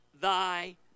thy